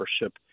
worship